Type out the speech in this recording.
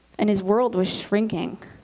and his world was shrinking.